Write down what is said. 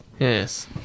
Yes